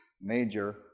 major